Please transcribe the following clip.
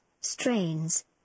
strains